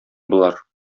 болар